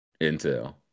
intel